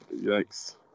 Yikes